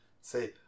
Say